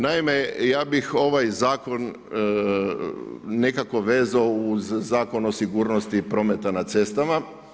Naime, ja bih ovaj Zakon nekako vezao uz Zakon o sigurnosti prometa na cestama.